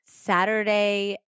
Saturday